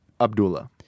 Abdullah